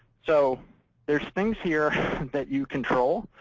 so there's things here that you control.